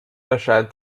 erscheint